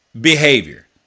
behavior